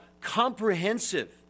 comprehensive